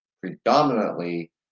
predominantly